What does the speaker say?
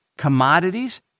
Commodities